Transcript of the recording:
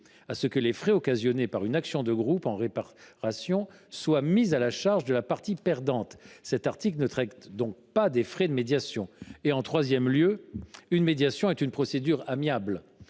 à ce que les frais occasionnés par une action de groupe en réparation soient mis à la charge de la partie perdante. Il ne traite donc pas des frais de médiation. En troisième lieu, une médiation est une procédure amiable